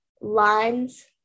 lines